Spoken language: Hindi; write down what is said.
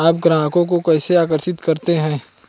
आप ग्राहकों को कैसे आकर्षित करते हैं?